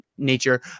nature